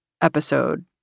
episode